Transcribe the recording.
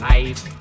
Life